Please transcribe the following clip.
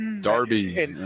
Darby